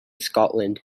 scotland